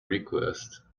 request